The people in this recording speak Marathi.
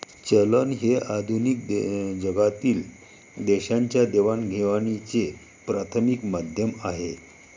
चलन हे आधुनिक जगातील देशांच्या देवाणघेवाणीचे प्राथमिक माध्यम आहे